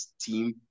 team